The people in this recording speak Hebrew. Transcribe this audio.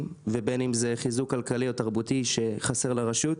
ובין אם זה חיזוק כלכלי או תרבותי שחסר לרשות.